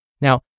Now